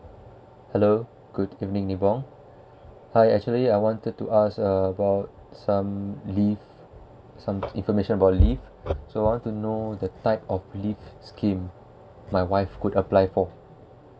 hello good evening nibong I actually I wanted to us about some leave some information about leave so I want to know the type of leave scheme my wife could apply for